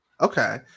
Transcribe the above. okay